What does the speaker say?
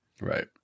Right